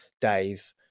Dave